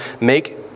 make